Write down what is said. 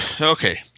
Okay